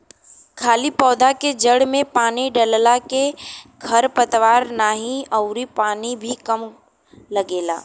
खाली पौधा के जड़ में पानी डालला के खर पतवार नाही अउरी पानी भी कम लगेला